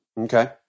Okay